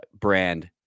brand